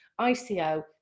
ICO